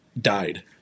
died